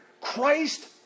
Christ